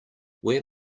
where